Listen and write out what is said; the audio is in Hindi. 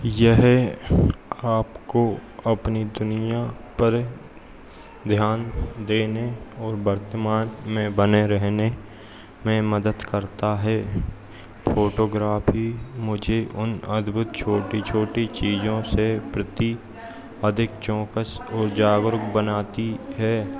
यह आपको अपनी दुनिया पर ध्यान देने और वर्तमान में बने रहने में मदद करता है फोटोग्राफी मुझे उन अद्भुत छोटी छोटी चीजों के प्रति अधिक चौकस और जागरुक बनाती है